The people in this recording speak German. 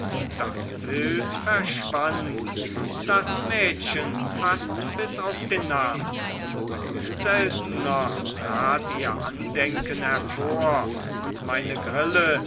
das bild verschwand das mädchen fast bis auf den namen seltener trat ihr andenken hervor und meine grille